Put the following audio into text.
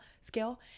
scale